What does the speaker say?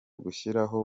gushyiraho